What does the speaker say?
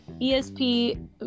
ESP